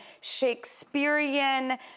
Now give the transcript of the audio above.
Shakespearean